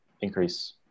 increase